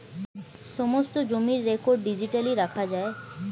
সমস্ত জমির record digitally রাখা যায়